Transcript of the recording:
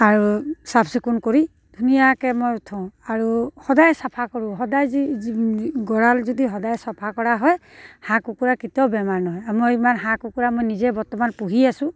আৰু চাফ চিকুণ কৰি ধুনীয়াকৈ মই থওঁ আৰু সদায় চাফা কৰোঁ সদায় যি গঁৰাল যদি সদায় চাফা কৰা হয় হাঁহ কুকুৰা কেতিয়াও বেমাৰ নহয় আৰু মই ইমান হাঁহ কুকুৰা মই নিজে বৰ্তমান পুহি আছো